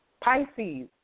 Pisces